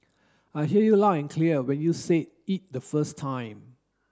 I hear you loud and clear when you said it the first time